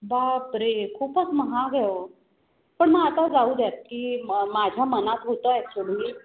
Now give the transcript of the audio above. बापरे खूपच महाग आहे ओ पण मग आता जाऊ द्यात की मग माझ्या मनात होतं ॲक्च्युली